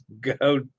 Go